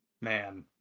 man